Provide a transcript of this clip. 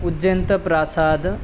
उज्जन्तप्रासादः